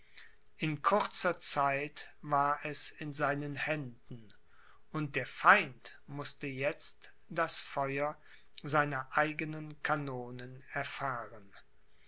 in kurzer zeit war es in seinen händen und der feind mußte jetzt das feuer seiner eigenen kanonen erfahren